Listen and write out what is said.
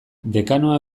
dekanoa